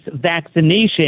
vaccination